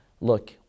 look